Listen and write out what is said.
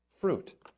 fruit